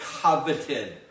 coveted